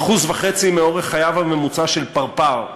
1.5% מאורך חייו הממוצע של פרפר,